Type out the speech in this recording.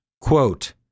quote